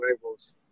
labels